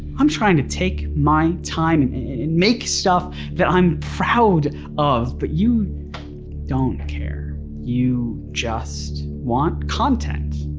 i'm trying to take my time and make stuff that i'm proud of but you don't care, you just want content.